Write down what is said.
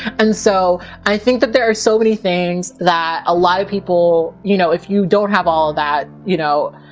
and so, i think that there are so many things that a lot of people, you know, if you don't have all of that, you know,